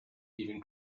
even